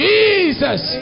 Jesus